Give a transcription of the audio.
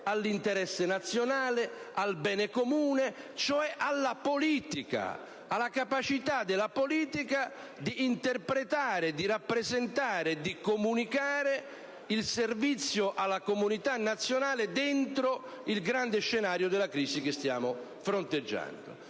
all'interesse nazionale, al bene comune, cioè alla politica, alla capacità della politica d'interpretare, di rappresentare e di comunicare il servizio alla comunità nazionale dentro il grande scenario della crisi che stiamo fronteggiando.